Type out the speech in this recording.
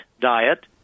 diet